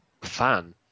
fan